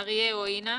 אריה או אינה?